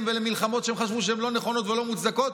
ולמלחמות שהם חשבו שהן לא נכונות ולא מוצדקות,